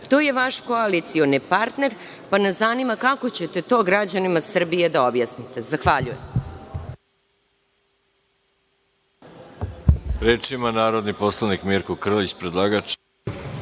To je vaš koalicioni partner, pa nas zanima kako ćete to građanima Srbije da objasnite. Zahvaljujem.